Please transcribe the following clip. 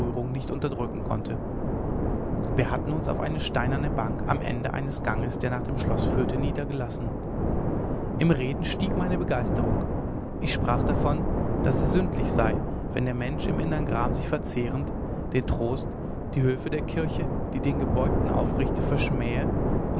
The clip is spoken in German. nicht unterdrücken konnte wir hatten uns auf eine steinerne bank am ende eines ganges der nach dem schloß führte niedergelassen im reden stieg meine begeisterung ich sprach davon daß es sündlich sei wenn der mensch im innern gram sich verzehrend den trost die hülfe der kirche die den gebeugten aufrichte verschmähe